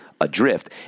adrift